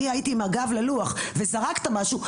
אני הייתי עם הגב ללוח וזרקת משהו,